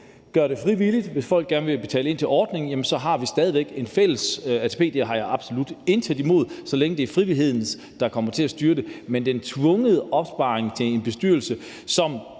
gøre det frivilligt. Hvis folk gerne vil betale ind til ordningen, har vi stadig væk en fælles ATP; det har jeg absolut intet imod, så længe det er frivilligheden, der kommer til at styre det. Men en tvungen opsparing til en bestyrelse, som